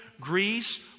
Greece